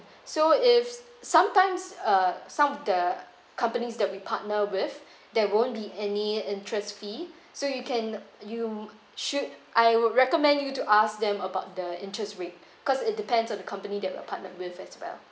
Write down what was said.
so if sometimes uh some of the companies that we partner with there won't be any interest fee so you can you should I would recommend you to ask them about the interest rate because it depends on the company that we are partnered with as well